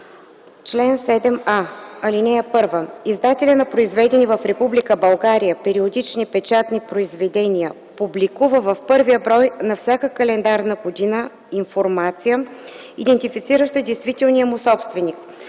Чл. 7а. (1) Издателят на произведени в Република България периодични печатни произведения публикува в първия брой за всяка календарна година информация, идентифицираща действителния му собственик.